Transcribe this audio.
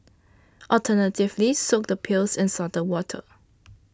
alternatively soak the peels in salted water